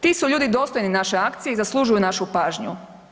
Ti su ljudi dostojni naše akcije i zaslužuju našu pažnju.